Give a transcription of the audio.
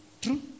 True